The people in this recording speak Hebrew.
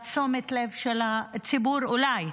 מעט מתשומת הלב של הציבור, אולי,